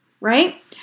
right